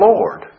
Lord